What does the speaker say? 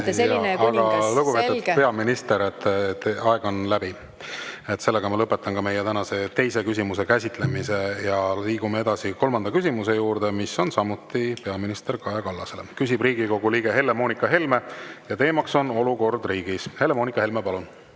Lugupeetud peaminister, teie aeg on läbi. Ma lõpetan meie tänase teise küsimuse käsitlemise. Liigume edasi kolmanda küsimuse juurde, mis on samuti peaminister Kaja Kallasele. Küsib Riigikogu liige Helle-Moonika Helme ja teema on olukord riigis. Helle-Moonika Helme, palun!